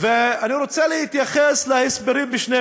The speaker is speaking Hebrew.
ואני מבקש לא להפריע לו.